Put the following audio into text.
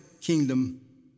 kingdom